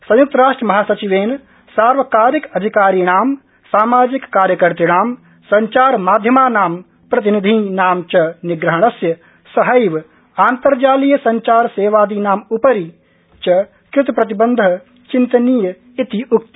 संयुक्तराष्ट्र महासचिवेन सार्वकारिक अधिकारिणां सामाजिक कार्यकर्तणां संचारमाध्यमानां प्रतिनिधीनां च निग्रहणस्य सहैव आन्तर्जालीय संचारसेवादीनामुपरि च कृतप्रतिबन्ध चिन्तनीय इति उक्त